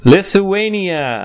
Lithuania